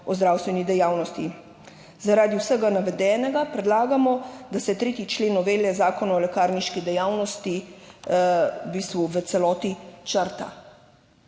o zdravstveni dejavnosti. Zaradi vsega navedenega predlagamo, da se 3. člen novele Zakona o lekarniški dejavnosti v bistvu v celoti črta.